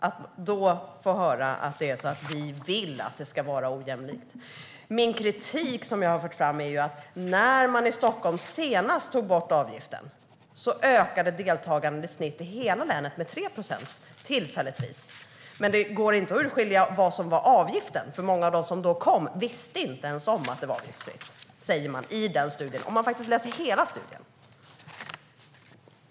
Nu får jag höra att vi vill att det ska vara ojämlikt. Den kritik som jag har fört fram går ut på följande: När man i Stockholm senast tog bort avgiften ökade deltagandet i snitt i hela länet tillfälligtvis med 3 procent. Men det går inte att urskilja vad som berodde på avgiften, för många av dem som då kom visste inte ens om att det var avgiftsfritt, sägs det i studien. Det är värt att läsa hela studien.